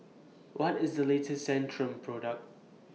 What IS The latest Centrum Product